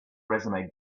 resume